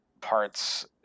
parts